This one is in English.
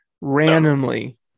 randomly